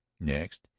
Next